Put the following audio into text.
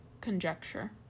conjecture